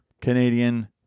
Canadian